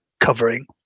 covering